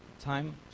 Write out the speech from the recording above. Time